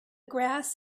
grass